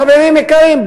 חברים יקרים,